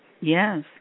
Yes